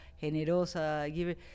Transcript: generosa